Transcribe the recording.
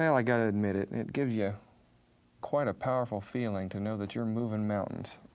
i gotta admit it gives you quite a powerful feeling to know that you're moving mountains